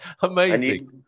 Amazing